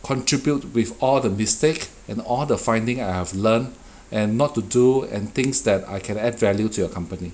contribute with all the mistake and all the finding I have learn and not to do and things that I can add value to your company